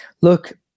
look